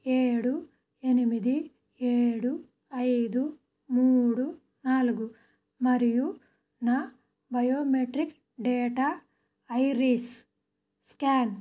ఏడు ఎనిమిది ఏడు ఐదు మూడు నాలుగు మరియు నా బయోమెట్రిక్ డేటా ఐరిస్ స్కాన్